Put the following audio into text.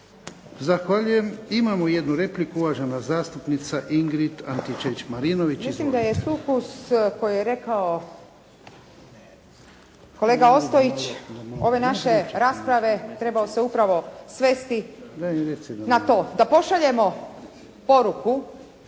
Zahvaljujem. Imamo jednu repliku, uvažena zastupnica Ingrid Antičević Marinović.